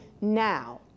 now